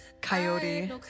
coyote